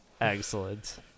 Excellent